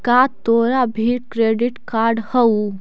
का तोरा भीर क्रेडिट कार्ड हउ?